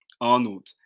Arnold